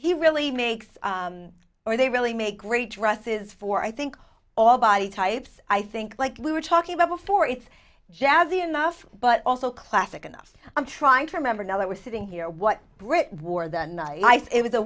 he really makes or they really make great dresses for i think all body types i think like we were talking about before it's jazzy enough but also classic enough i'm trying to remember now that we're sitting here what brit wore that night nice it was a